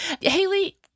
Haley